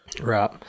right